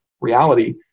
reality